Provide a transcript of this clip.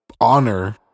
honor